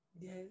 Yes